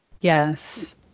Yes